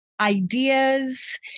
ideas